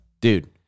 dude